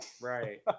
Right